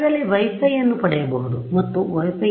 ಸ್ಥಳದಲ್ಲಿ wifi ಅನ್ನು ಪಡೆಯಬಹುದು ಮತ್ತು ವೈ ಫೈ 2